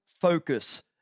focus